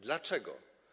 Dlaczego?